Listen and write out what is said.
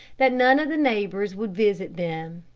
that none of the neighbors would visit them.